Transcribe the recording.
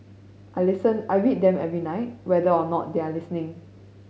I listen I read them every night whether or not they are listening